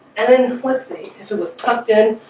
and then listening if it was tucked in